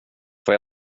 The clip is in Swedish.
får